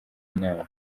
inama